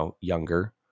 younger